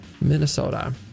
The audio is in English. Minnesota